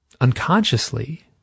unconsciously